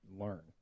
learn